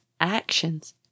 actions